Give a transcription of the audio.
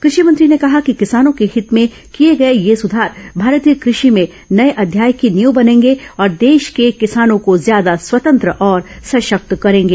कृषि मंत्री ने कहा कि किसानों के हित में किए गए ये सुधार भारतीय कृषि में नये अध्याय की नींव बनेंगे और देश के किसानों को ज्यादा स्वतंत्र तथा सशक्त करेंगे